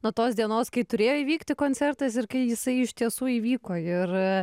nuo tos dienos kai turėjo įvykti koncertas ir kai jisai iš tiesų įvyko ir